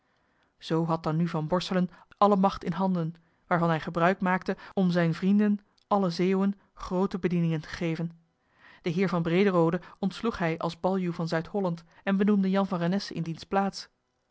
zoo had dan nu van borselen alle macht in handen waarvan hij gebruik maakte om zijnen vrienden allen zeeuwen groote bedieningen te geven den heer van brederode ontsloeg hij als baljuw van zuid-holland en benoemde jan van renesse in diens plaats